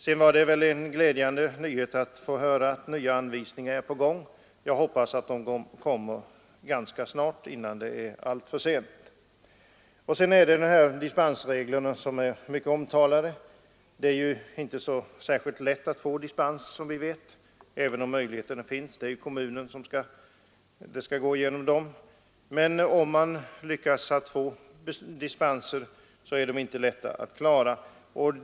Sedan var det en glädjande nyhet att nya anvisningar är på väg. Jag hoppas att de kommer ganska snart, innan det blir för sent. Vad sedan de mycket omtalade dispensmöjligheterna beträffar är det som alla vet inte särskilt lätt att få dispens, även om möjligheterna finns. Ärenden av detta slag skall gå genom kommunen, och om det kan lyckas är det som sagt ingen lätt sak att få dispens.